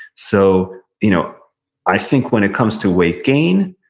so you know i think when it comes to weight gain,